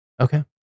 Okay